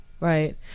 Right